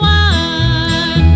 one